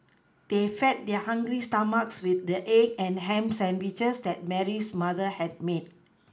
they fed their hungry stomachs with the egg and ham sandwiches that Mary's mother had made